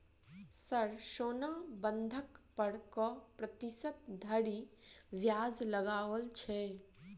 Sir सोना बंधक पर कऽ प्रतिशत धरि ब्याज लगाओल छैय?